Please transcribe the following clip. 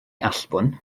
allbwn